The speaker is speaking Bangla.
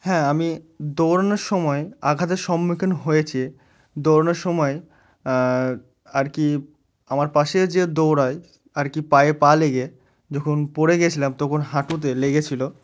হ্যাঁ আমি দৌড়ানোর সময় আঘাতের সম্মুখীন হয়েছি দৌড়নোর সময় আর কি আমার পাশে যে দৌড়ায় আর কি পায়ে পা লেগে যখন পড়ে গিয়েছিলাম তখন হাঁটুতে লেগেছিলো